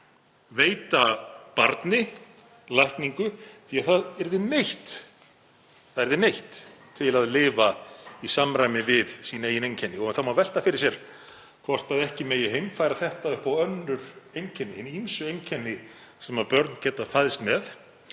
að ekki mætti veita barni lækningu því að það yrði neytt til að lifa í samræmi við sín eigin einkenni og það má velta fyrir sér hvort ekki megi heimfæra það upp á önnur einkenni, hin ýmsu einkenni sem börn geta fæðst með.